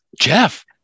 Jeff